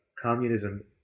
communism